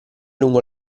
lungo